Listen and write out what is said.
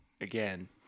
again